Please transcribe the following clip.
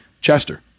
Chester